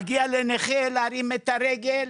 מגיע לנכה להרים את הרגל,